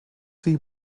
see